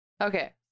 Okay